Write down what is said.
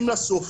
לסוף,